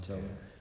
ya